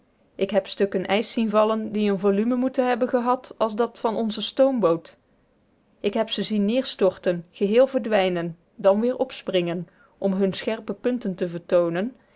ik heb stukken ijs zien vallen die een volume moeten hebben gehad als dat onzer stoomboot ik heb ze zien neerstorten geheel verdwijnen dan weer opspringen om hunne scherpe punten te vertoonen